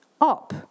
up